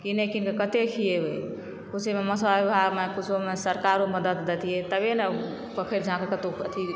कीने कीन के कते खुएबै सरकारो मदद दैतियै तबे ने पोखरि झाखैरि कतौ अथी